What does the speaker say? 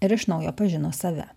ir iš naujo pažino save